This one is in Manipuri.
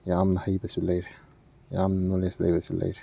ꯌꯥꯝꯅ ꯍꯩꯕꯁꯨ ꯂꯩꯔꯦ ꯌꯥꯝꯅ ꯅꯣꯂꯦꯖ ꯂꯩꯕꯁꯨ ꯂꯩꯔꯦ